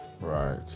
right